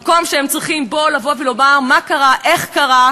ולגופים המוסכמים לעשות את העבודה שלהם.